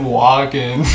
walking